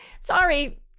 Sorry